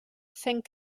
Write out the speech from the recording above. fent